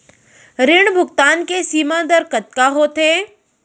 ऋण भुगतान के सीमा दर कतका होथे?